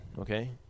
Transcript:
okay